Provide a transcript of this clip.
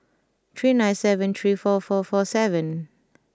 three nine seven three four four four seven